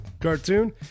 cartoon